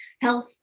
health